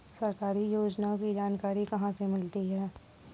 सरकारी योजनाओं की जानकारी कहाँ से मिलती है?